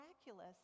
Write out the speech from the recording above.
miraculous